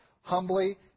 humbly